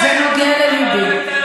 זה נוגע ללבי.